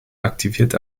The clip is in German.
aktiviert